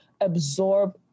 absorb